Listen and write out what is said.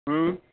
हूं